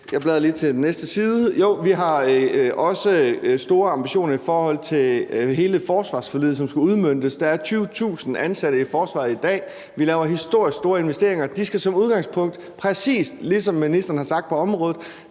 jeg bladrer lige til den næste side – og vi har også store ambitioner i forhold til hele forsvarsforliget, som skal udmøntes. Der er 20.000 ansatte i forsvaret i dag. Vi laver historisk store investeringer. De skal som udgangspunkt præcis ligesom ministeren har sagt om området,